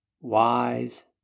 wise